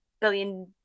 billion